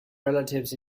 relatives